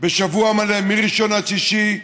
בשבוע מלא, מראשון עד שישי,